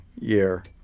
year